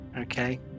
Okay